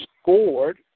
scored